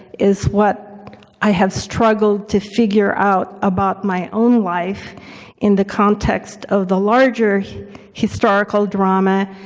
is what i have struggled to figure out about my own life in the context of the larger historical drama,